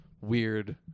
weird